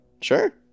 Sure